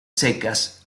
secas